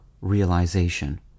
realization